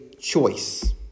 choice